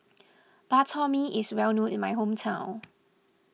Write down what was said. Bak Chor Mee is well known in my hometown